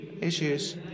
issues